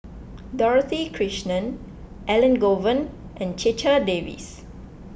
Dorothy Krishnan Elangovan and Checha Davies